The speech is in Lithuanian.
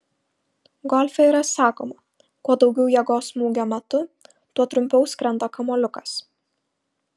golfe yra sakoma kuo daugiau jėgos smūgio metu tuo trumpiau skrenda kamuoliukas